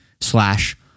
slash